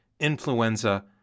influenza